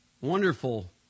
Wonderful